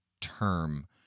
term